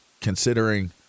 considering